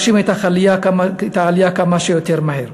אלא להגשים את העלייה כמה שיותר מהר.